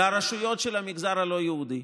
לרשויות של המגזר הלא-יהודי.